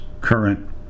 current